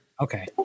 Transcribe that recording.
Okay